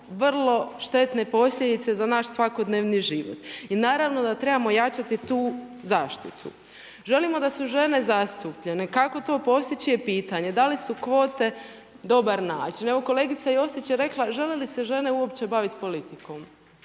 vrlo štetne posljedice za naš svakodnevni život. I naravno da trebamo jačati tu zaštitu. Želimo da su žene zastupljene. Kako to postići je pitanje, da li su kvote dobar način? Evo kolegica Josić je rekla žele li se žene uopće baviti politikom?